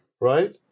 right